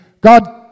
God